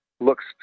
looks